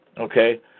okay